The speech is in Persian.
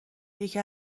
یکی